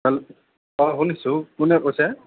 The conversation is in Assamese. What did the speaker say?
অঁ শুনিছোঁ কোনে কৈছে